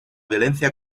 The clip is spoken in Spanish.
violencia